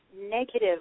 negative